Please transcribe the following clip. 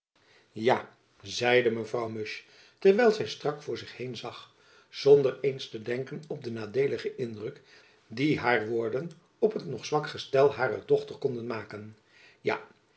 ja zeide mevrouw musch terwijl zy strak voor zich heen zag zonder eens te denken op den nadeeligen indruk dien haar woorden op het nog zwak gestel harer dochter konden maken ja